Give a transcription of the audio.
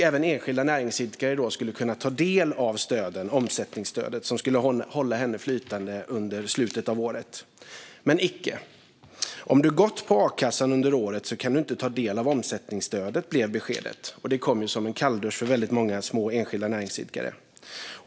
Även enskilda näringsidkare skulle kunna ta del av omsättningsstödet, vilket skulle hålla massösen flytande under slutet av året. Men icke. Om du gått på a-kassa under året kan du inte ta del av omsättningsstödet, blev beskedet. Det kom som en kalldusch för väldigt många små enskilda näringsidkare.